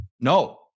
No